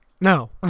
no